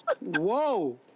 whoa